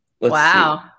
Wow